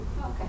Okay